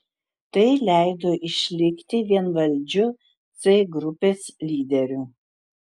tai leido išlikti vienvaldžiu c grupės lyderiu